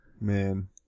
Man